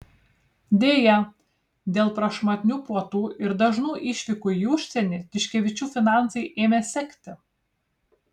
deja dėl prašmatnių puotų ir dažnų išvykų į užsienį tiškevičių finansai ėmė sekti